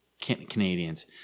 Canadians